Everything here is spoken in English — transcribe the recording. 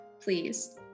please